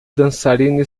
dançarina